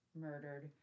murdered